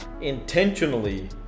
intentionally